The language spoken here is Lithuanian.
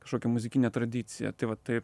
kažkokią muzikinę tradiciją tai va tai